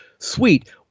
Sweet